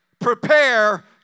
prepare